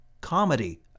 comedy